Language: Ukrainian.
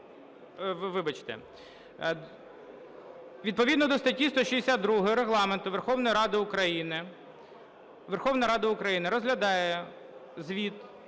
Відповідно до статті 162 Регламенту Верховної Ради України Верховна Рада